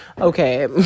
Okay